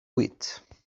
wit